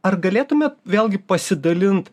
ar galėtumėt vėlgi pasidalint